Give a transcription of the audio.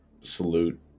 salute